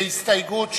בהסתייגות,